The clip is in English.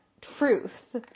truth